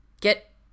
get